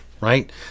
right